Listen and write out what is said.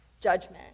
judgment